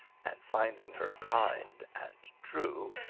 and finding her kind and true,